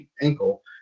ankle